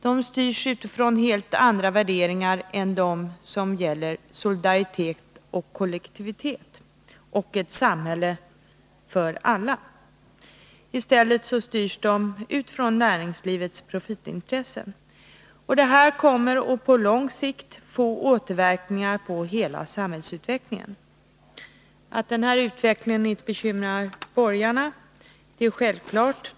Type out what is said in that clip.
De styrs utifrån helt andra värderingar än de som gäller solidaritet och kollektivitet och ett ”samhälle för alla”. I stället styrs de utifrån näringslivets profitintressen. Detta kommer på lång sikt att få återverkningar på hela samhällsutvecklingen. Att denna utveckling inte bekymrar borgarna är självklart.